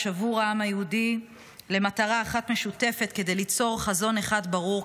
עבור העם היהודי למטרה אחת משותפת כדי ליצור חזון אחד ברור,